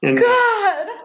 God